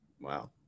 wow